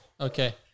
Okay